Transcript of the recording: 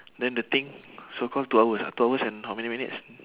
then the thing so call two hours ah two hours and how many minutes